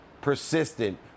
persistent